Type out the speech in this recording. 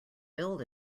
build